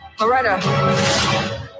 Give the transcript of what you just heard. Loretta